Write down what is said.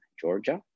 Georgia